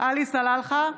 עלי סלאלחה,